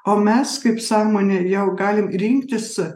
o mes kaip sąmonė jau galim rinktis